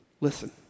Listen